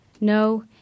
No